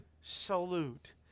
salute